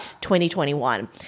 2021